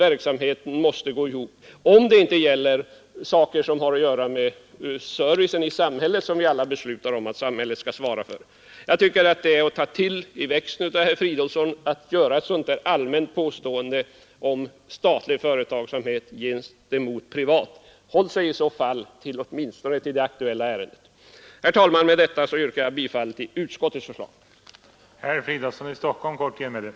Verksamheten måste alltså gå ihop — om det inte gäller saker som har att göra med sådan service som vi beslutar om att samhället skall svara för. Jag tycker att herr Fridolfsson tar till för mycket när han gör ett sådant allmänt påstående om statlig företagsamhet gentemot privat. Håll sig då åtminstone till det aktuella ärendet, herr Fridolfsson! Herr talman! Med detta yrkar jag bifall till utskottets hemställan.